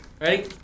Ready